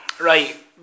right